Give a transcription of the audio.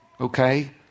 okay